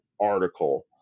article